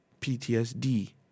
PTSD